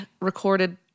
recorded